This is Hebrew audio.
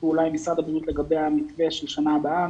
פעולה עם משרד הבריאות לגבי המתווה של שנה הבאה.